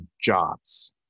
jobs